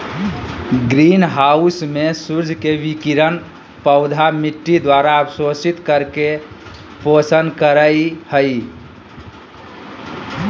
green house में सूर्य के विकिरण पौधा मिट्टी द्वारा अवशोषित करके पोषण करई हई